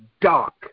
dark